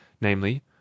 namely